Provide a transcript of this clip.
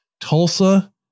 Tulsa